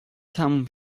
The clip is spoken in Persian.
تموم